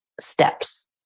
steps